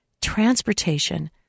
transportation